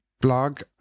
blog